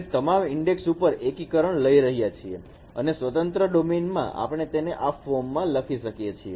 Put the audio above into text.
અમે તમામ ઇન્ડેક્ષ કિંમત ઉપર એકીકરણ લઇ રહ્યા છીએ અને સ્વતંત્ર ડોમેનમાં આપણે તેને આ ફોર્મ માં લખી શકીએ છીએ